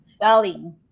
Darling